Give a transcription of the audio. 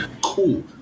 Cool